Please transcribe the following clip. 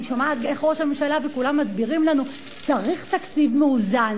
אני שומעת איך ראש הממשלה וכולם מסבירים לנו: צריך תקציב מאוזן,